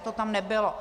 To tam nebylo.